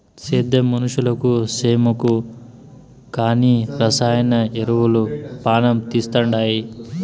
సేద్యం మనుషులకు సేమకు కానీ రసాయన ఎరువులు పానం తీస్తండాయి